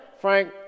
Frank